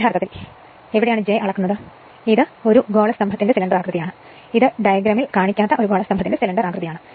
യഥാർത്ഥത്തിൽ എവിടെയാണ് j അളക്കുന്നത് ഇത് ഒരു ഗോളസ്തംഭത്തിന്റെ ആകൃതിയാണ് ഇത് ഡയഗ്രാമിൽ കാണിക്കാത്ത ഒരു ഗോളസ്തംഭത്തിന്റെ ആകൃതിയാണ്